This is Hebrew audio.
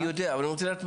אני לא יודעת כמה